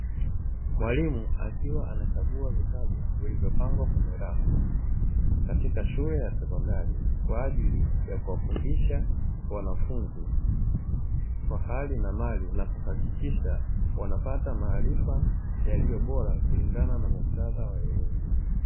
Mwalimu akiwa anachagua vitabu, vilivyopangwa kwenye rafu katika shule ya sekondari, kwa ajili ya kuwafundisha wanafunzi kwa hali na mali na kuhakikisha wanapata maarifa yaliyo bora, kulingana na muktadha wa elimu.